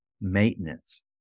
maintenance